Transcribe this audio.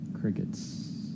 Crickets